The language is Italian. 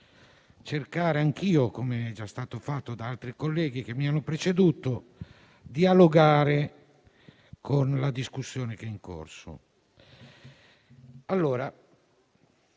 cercare anch'io, come è già stato fatto da altri colleghi che mi hanno preceduto, di partecipare alla discussione in corso.